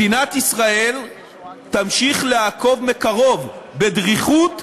מדינת ישראל תמשיך לעקוב מקרוב, בדריכות ובדאגה,